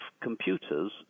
computers